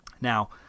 Now